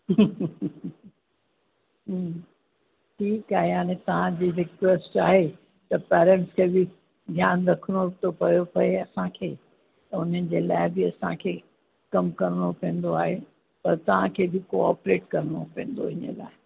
हूं ठीकु आहे हाणे तव्हांजी रिक्वेस्ट आहे त पेरेंट्स खे बि ध्यानु रखिणो थो पियो पए असांखे त उनजे लाइ बि असांखे कमु करिणो पवंदो आहे पर तव्हांखे बि कॉपरेट करिणो पवंदो इन लाइ